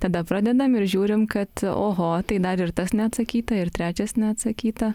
tada pradedam ir žiūrim kad oho tai dar ir tas neatsakyta ir trečias neatsakyta